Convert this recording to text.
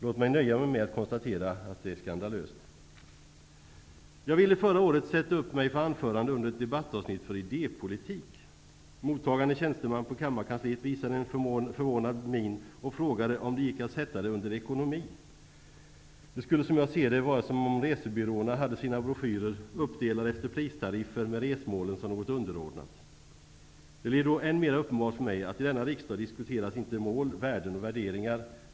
Låt mig nöja mig med att konstatera att det är skandalöst. Jag ville förra året sätta upp mig för anförande under ett debattavsnitt för idépolitik. Mottagande tjänsteman på kammarkansliet visade en förvånad min och frågade om det gick att sätta det under ekonomi. Det skulle, som jag ser det, vara som om resebyråerna hade sina broschyrer uppdelade efter pristariffer med resmålen som något underordnat. Det blev då än mera uppenbart för mig att i Sveriges riksdag diskuteras inte mål, värden och värderingar.